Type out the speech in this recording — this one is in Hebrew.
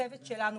הצוות שלנו,